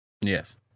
yes